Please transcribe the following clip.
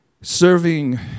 serving